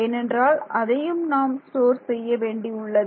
ஏனென்றால் அதையும் நாம் ஸ்டோர் செய்ய வேண்டி உள்ளது